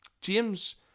James